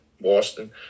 Boston